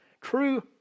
True